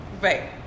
Right